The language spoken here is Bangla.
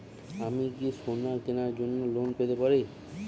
আমি কি সোনা কেনার জন্য লোন পেতে পারি?